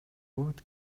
бут